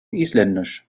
isländisch